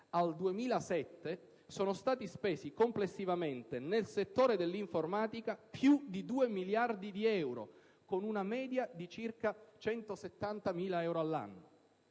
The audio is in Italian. al 2007, sono stati spesi complessivamente nel settore dell'informatica più di 2 miliardi di euro, con una media di circa 170 milioni di euro all'anno,